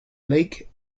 lake